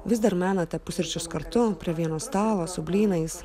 vis dar menate pusryčius kartu prie vieno stalo su blynais